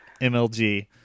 MLG